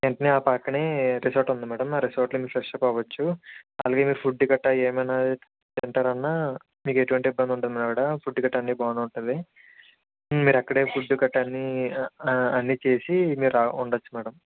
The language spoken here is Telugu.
వెంటనే ఆ పక్కనే రిసార్ట్ ఉంది మ్యాడమ్ ఆ రిసార్ట్లో మీరు ఫ్రెష్ అప్ అవ్వచ్చు అలాగే మీరు ఫుడ్డు గట్ట ఏమన్నా తింటారన్నా మీకు ఎటువంటి ఇబ్బంది ఉండదు మ్యాడమ్ ఫుడ్డు గట్ట అన్ని బాగానే ఉంటుంది మీరు అక్కడే ఫుడ్డు గట్ట అన్నీ అన్ని చేసి మీరు రా ఉండచ్చు మ్యాడమ్